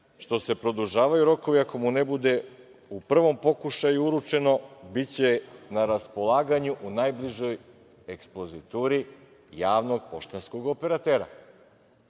što se produžavaju rokovi. Ako mu ne bude u prvom pokušaju uručeno biće na raspolaganju u najbližoj ekspozituri javnog poštanskog operatera. Drugi